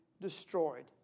destroyed